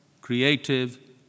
creative